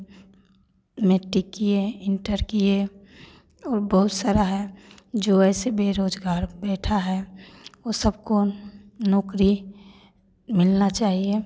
मैटिक किएँ इंटर किए और बहुत सारा है जो ऐसे बेरोज़गार बैठा है वह सबको नौकरी मिलना चाहिए